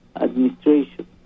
administration